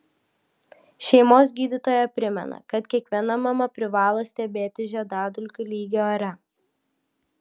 šeimos gydytoja primena kad kiekviena mama privalo stebėti žiedadulkių lygį ore